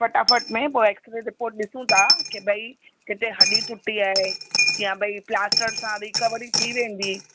फटाफट में पोइ ऐक्सरे रिपोर्ट ॾिसूं था कि भई किथे हॾी टुटी आहे या भई प्लास्टर सां रिकवरी थी वेंदी